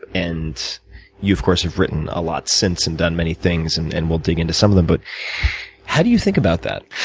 and you of course have written a lot since and done many things, and and we'll dig into some of them. but how do you think about that?